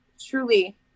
truly